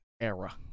...era